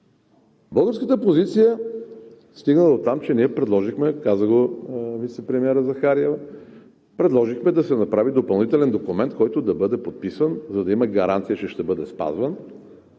Българската позиция стигна дотам, че ние предложихме, каза го вицепремиерът Захариева, да се направи допълнителен документ, който да бъде подписан, за да има гаранция, че ще бъде спазван